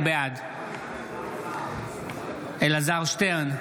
בעד אלעזר שטרן,